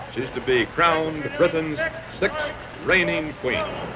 to be crowned britain's sixth reigning queen.